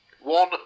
One